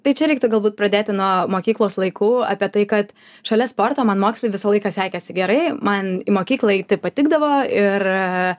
tai čia reiktų galbūt pradėti nuo mokyklos laikų apie tai kad šalia sporto man mokslai visą laiką sekėsi gerai man į mokyklą eiti patikdavo ir